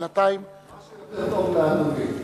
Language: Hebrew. מה שיותר טוב לאדוני.